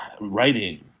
writing